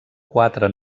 quatre